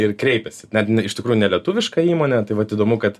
ir kreipėsi net iš tikrųjų ne lietuviška įmonė tai vat įdomu kad